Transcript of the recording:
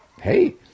hey